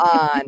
on